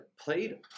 played